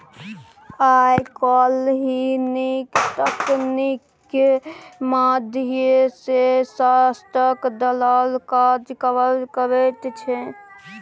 आय काल्हि नीक तकनीकीक माध्यम सँ स्टाक दलाल काज करल करैत छै